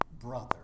brother